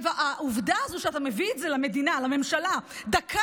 העובדה הזאת שאתה מביא את זה לממשלה דקה